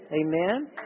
amen